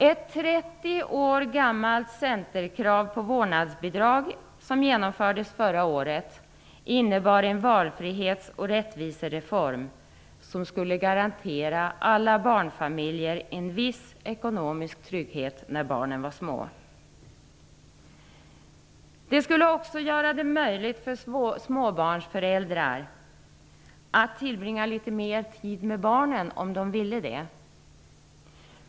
Ett 30 år gammalt centerkrav på vårdnadsbidrag som genomfördes förra året innebar en valfrihet och rättvisereform som skulle garantera alla barnfamiljer en viss ekonomisk trygghet när barnen var små. Det skulle också göra det möjligt för småbarnsföräldrar att tillbringa litet mer tid med barnen, om de ville det.